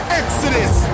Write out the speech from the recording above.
exodus